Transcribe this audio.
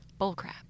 Bullcrap